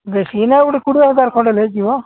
ବେଶୀ ନା ଗୋଟେ କୋଡ଼ିଏ ହଜାର ଖଣ୍ଡେ ହୋଇଯିବ